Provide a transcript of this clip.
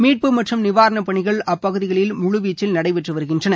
மீட்பு மற்றும் நிவாரண பணிகள் அப்பகுதிகளில் முழுவீச்சில் நடைபெற்று வருகின்றன